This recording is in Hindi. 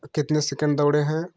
कितने सेकंड दौड़े हैं